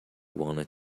wanted